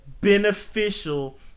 beneficial